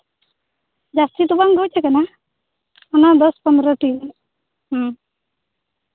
ᱡᱟᱹᱥᱛᱤ ᱫᱚ ᱵᱟᱝ ᱜᱚᱡ ᱠᱟᱱᱟ ᱚᱱᱟ ᱫᱚᱥ ᱯᱚᱱᱨᱚ ᱴᱤ ᱦᱮᱸ